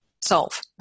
solve